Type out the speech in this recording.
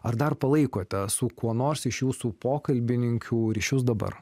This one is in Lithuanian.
ar dar palaikote su kuo nors iš jūsų pokalbininkių ryšius dabar